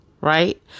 right